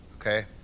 Okay